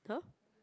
!huh!